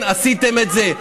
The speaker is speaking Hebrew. אתן עשיתן את זה.